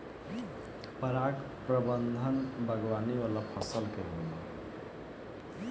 पराग प्रबंधन बागवानी वाला फसल के होला